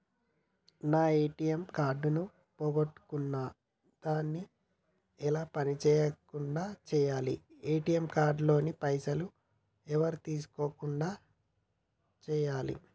నా ATM card పోగొట్టుకున్నా దాన్ని ఎలా పని చేయకుండా చేయాలి ఏ.టి.ఎమ్ కార్డు లోని పైసలు ఎవరు తీసుకోకుండా చేయాలి?